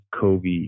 Kobe